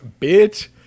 bitch